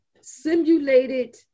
simulated